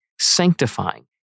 sanctifying